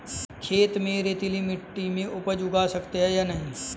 खेत में रेतीली मिटी में उपज उगा सकते हैं या नहीं?